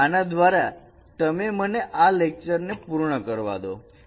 આના દ્વારા મને આ લેક્ચર ને પૂર્ણ કરવા દો